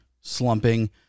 slumping